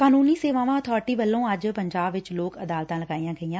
ਕਾਨੂੰਨੀ ਸੇਵਾਵਾਂ ਅਬਾਰਟੀ ਵੱਲੋਂ ਅੱਜ ਪੰਜਾਬ ਵਿਚ ਲੋਕ ਅਦਾਲਤਾਂ ਲਗਾਈਆਂ ਗਈਆਂ